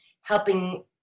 helping